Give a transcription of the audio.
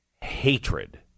hatred